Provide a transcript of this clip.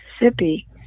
Mississippi